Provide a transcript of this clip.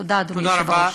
תודה, אדוני היושב-ראש.